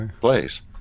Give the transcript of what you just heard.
place